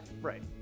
Right